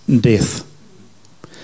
death